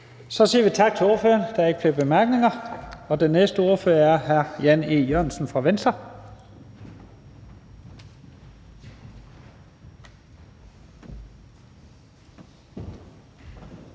Så siger vi tak til ordføreren. Der er ikke flere bemærkninger. Den næste ordfører er hr. Jan E. Jørgensen fra Venstre.